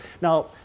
Now